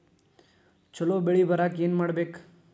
ಛಲೋ ಬೆಳಿ ಬರಾಕ ಏನ್ ಮಾಡ್ಬೇಕ್?